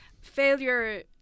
failure